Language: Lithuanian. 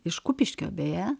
iš kupiškio beje